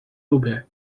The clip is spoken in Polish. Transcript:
lubię